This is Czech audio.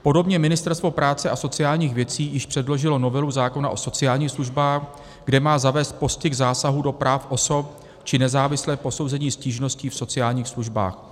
Podobně Ministerstvo práce a sociálních věcí již předložilo novelu zákona o sociálních službách, kde má zavést postih zásahů do práv osob či nezávislé posouzení stížnosti v sociálních službách.